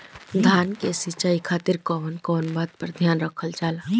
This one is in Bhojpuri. धान के सिंचाई खातिर कवन कवन बात पर ध्यान रखल जा ला?